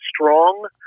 strong